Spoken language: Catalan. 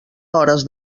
hores